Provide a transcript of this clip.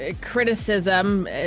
criticism